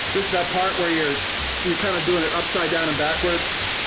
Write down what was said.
is that part where you're you're kinda doing it upside down and backwards.